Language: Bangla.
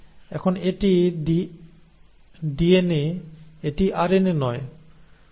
এখন এটি ডিএনএ এটি আরএনএ নয়